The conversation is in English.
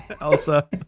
Elsa